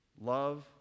love